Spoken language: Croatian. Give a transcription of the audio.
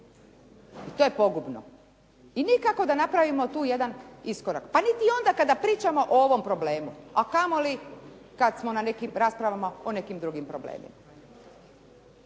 i to je pogubno. I nikako da napravimo tu jedan iskorak, pa niti onda kada pričamo o ovom problemu a kamoli kada smo na nekim raspravama o nekim drugim problemima.